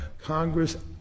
Congress